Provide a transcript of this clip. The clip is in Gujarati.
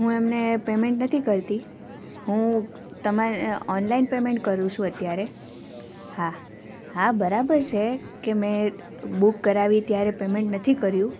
હું એમને પેમેન્ટ નથી કરતી હું તમારે ઓનલાઈન પેમેન્ટ કરું છું અત્યારે હા હા બરાબર છે કે મેં બુક કરાવી ત્યારે પેમેન્ટ નથી કર્યું